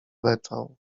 beczał